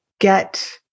get